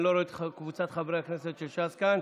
אני לא רואה את קבוצת חברי הכנסת של ש"ס כאן.